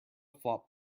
flop